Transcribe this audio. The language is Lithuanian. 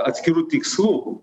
atskirų tikslų